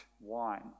wine